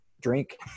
drink